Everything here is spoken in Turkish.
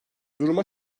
duruma